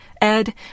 Ed